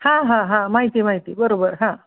हां हां हां माहिती आहे माहिती आहे बरोबर हां